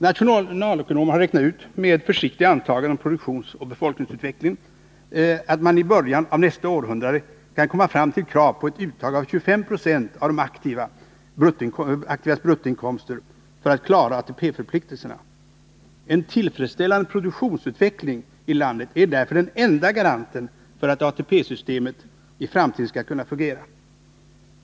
Nationalekonomer har räknat ut att man, med försiktiga antaganden om produktionsoch befolkningsutvecklingen, i början av nästa århundrade kan komma fram till krav på ett uttag av 25 90 av de aktiva bruttoinkomsterna för att ATP-förpliktelserna skall kunna klaras. En tillfredsställande produktionsutveckling i landet är därför den enda garanten för att ATP-systemet i framtiden skall kunna fungera.